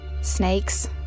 Snakes